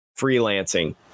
freelancing